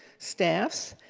staffs,